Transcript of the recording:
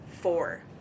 four